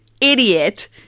idiot